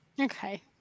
Okay